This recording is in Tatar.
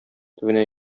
төбенә